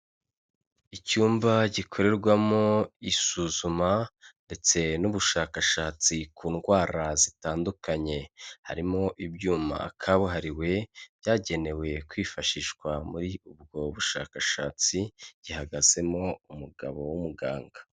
Icyumba gikorerwamo isuzuma ndetse n'ubushakashatsi ku ndwara zitandukanye, harimo ibyuma kabuhariwe byagenewe kwifashishwa muri ubwo bushakashatsi, gihagazemo umugabo w'umuganga.